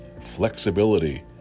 flexibility